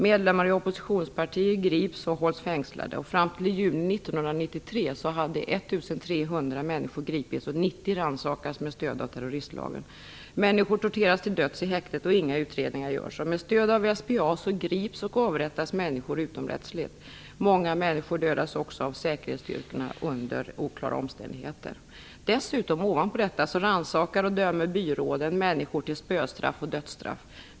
Medlemmar i oppositionspartier grips och hålls fängslade, och fram till i juni 1993 hade 1 300 människor gripits och 90 rannsakats med stöd av terroristlagen. Människor torteras till döds i häktet, och inga utredningar görs. Med stöd av SPA grips och avrättas människor utomrättsligt. Många människor dödas också av säkerhetsstyrkorna under oklara omständigheter. Dessutom, ovanpå detta, rannsakar och dömer byråden människor till spöstraff och dödsstraff.